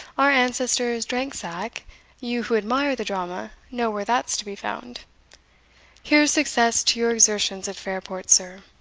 our ancestors drank sack you, who admire the drama, know where that's to be found here's success to your exertions at fairport, sir!